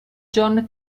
john